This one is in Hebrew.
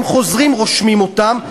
הם חוזרים, רושמים אותם.